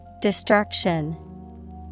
Destruction